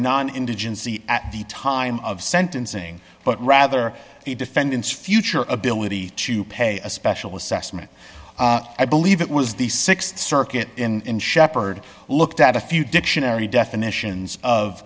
non indigency at the time of sentencing but rather the defendant's future ability to pay a special assessment i believe it was the th circuit in shepherd looked at a few dictionary definitions of